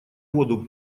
воду